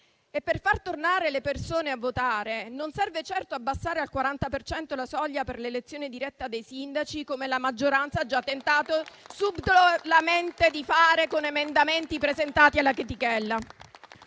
Per far tornare le persone a votare non serve certo abbassare al 40 per cento la soglia per l'elezione diretta dei sindaci, come la maggioranza ha già tentato subdolamente di fare con emendamenti presentati alla chetichella.